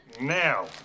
now